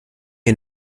and